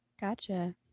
Gotcha